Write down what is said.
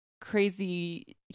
crazy